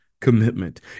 commitment